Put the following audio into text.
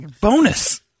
bonus